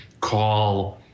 call